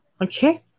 Okay